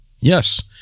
Yes